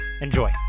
Enjoy